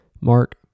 mark